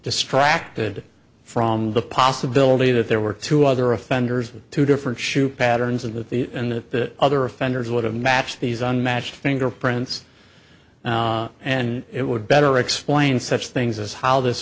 distracted from the possibility that there were two other offenders two different shoe patterns and that the and the other offenders would have matched these unmatched fingerprints and it would better explain such things as how this